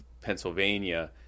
Pennsylvania